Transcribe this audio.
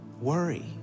worry